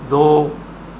ਦੋ